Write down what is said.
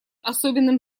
особенным